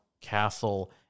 castle